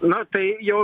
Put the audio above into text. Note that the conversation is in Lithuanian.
na tai jau